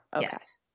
Yes